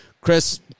Chris